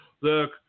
look